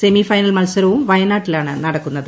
semi final മത്സരവും വയനാട്ടിലാണ് നടക്കുന്നുത്